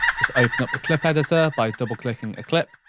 just open up the clip editor by double clicking a clip,